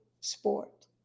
sport